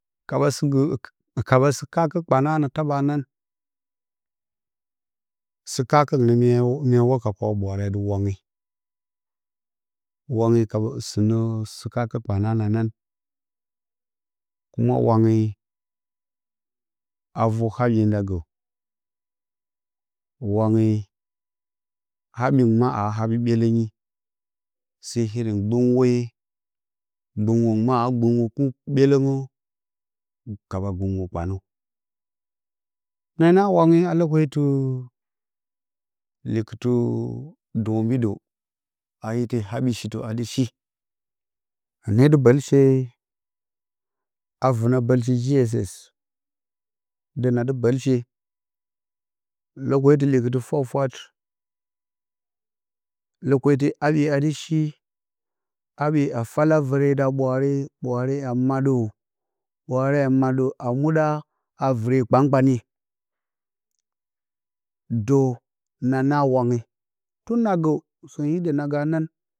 Ka ɓa sɨ ka ɓa sɨ kakə kpana na taba nan sɨ ka kəngɨn mya wa ka kwaɓwaare a dɨ wange wange ka ɓa sɨnə sɨ kakə kpana na nan kuma wange a vər habye nda gə habu a habye ɓelləgi sai gbɨnwe gbəwongɨ a gɓɨwe a ɓelləgə ka ɓa gbɨngwo ɓanə na nan wange a loka tɨ likə tɨ dombiɗə a yete habye shitə a dɨ shi hɨnə də bəlshe a vənə bəlshi gss də na dɨ bəlshe lokati likətɨ fwat-fwat haɓye a dɨ she haɓye a fala vəne da ɓwaare ɓwaare a maɗə ɓwaare a madə a muɗa a vɨre kpan-kpane də na na wange tun na gə sunyi hidə na ga nan.